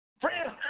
friend